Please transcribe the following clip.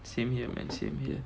same here man same here